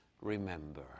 remember